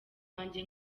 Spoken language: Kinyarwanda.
wanjye